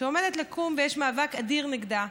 שעומדת לקום ויש מאבק אדיר נגדה,